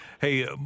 Hey